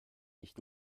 ich